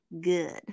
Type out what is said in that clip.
good